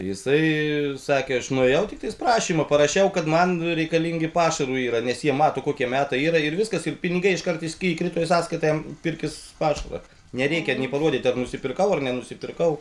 jisai sakė aš nuėjau tiktais prašymą parašiau kad man reikalingi pašarui yra nes jie mato kokie metai yra ir viskas ir pinigai iškarto įski įkrito į sąskaitą pirkis pašarą nereikia nei parodyt ar nusipirkau ar nenusipirkau